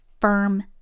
firm